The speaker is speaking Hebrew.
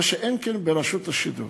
מה שאין כן ברשתות השידור.